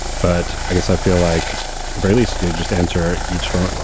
but i guess i feel like at the very least to just answer each phone.